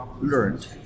learned